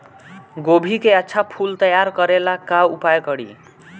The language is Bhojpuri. गोभी के अच्छा फूल तैयार करे ला का उपाय करी?